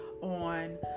on